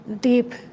deep